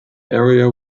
area